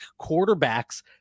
quarterbacks